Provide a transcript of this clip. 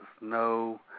no